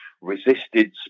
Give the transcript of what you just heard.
resisted